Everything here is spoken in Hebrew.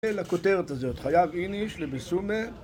לכותרת הזאת חייב איניש לבשומי